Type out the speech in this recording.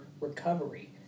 recovery